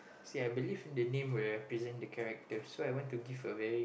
so ya I believe the name will represent the character so I went to give a very